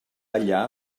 allà